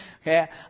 Okay